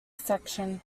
section